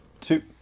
two